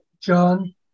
John